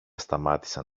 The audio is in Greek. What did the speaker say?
σταμάτησαν